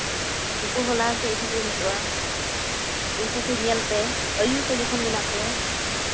ᱩᱱᱠᱩ ᱦᱚᱸ ᱞᱟᱦᱟ ᱥᱮᱜ ᱤᱫᱤ ᱠᱚ ᱦᱩᱭᱩᱜᱼᱟ ᱩᱱᱠᱩ ᱠᱚ ᱧᱮᱞᱛᱮ ᱟᱹᱭᱩᱨ ᱠᱚ ᱡᱚᱠᱷᱚᱱ ᱢᱮᱱᱟᱜ ᱠᱚᱣᱟ